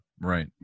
Right